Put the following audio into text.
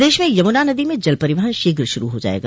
प्रदेश में यमुना नदी में जल परिवहन शीघ शुरू हो जाएगा